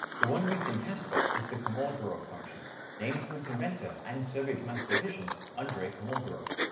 the one used in cassper is the komolgorov function named for its inventor and soviet mathematician andrey komolgorov.